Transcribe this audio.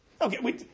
Okay